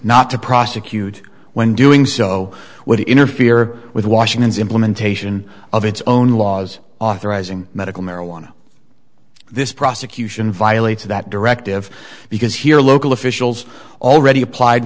not to prosecute when doing so would interfere with washington's implementation of its own laws authorizing medical marijuana this prosecution violates that directive because here local officials already applied